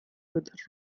with